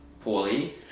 poorly